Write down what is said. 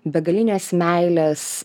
begalinės meilės